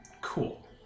Cool